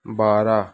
بارہ